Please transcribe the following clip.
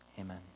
Amen